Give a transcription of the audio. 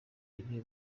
ibihe